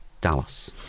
Dallas